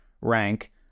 rank